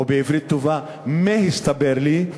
או בעברית טובה, מֶה הסתבר לי?